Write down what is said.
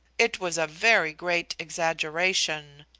it was a very great exaggeration.